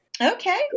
Okay